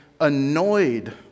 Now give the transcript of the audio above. annoyed